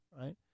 Right